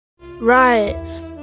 Right